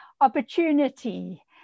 opportunity